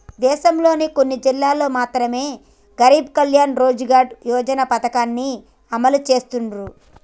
దేశంలోని కొన్ని జిల్లాల్లో మాత్రమె గరీబ్ కళ్యాణ్ రోజ్గార్ యోజన పథకాన్ని అమలు చేసిర్రు